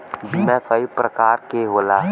बीमा कई परकार के होला